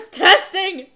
testing